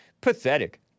Pathetic